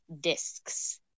discs